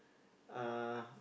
uh